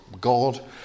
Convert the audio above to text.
God